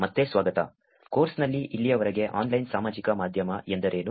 ಮತ್ತೆ ಸ್ವಾಗತ ಕೋರ್ಸ್ನಲ್ಲಿ ಇಲ್ಲಿಯವರೆಗೆ ಆನ್ಲೈನ್ ಸಾಮಾಜಿಕ ಮಾಧ್ಯಮ ಎಂದರೇನು